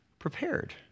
prepared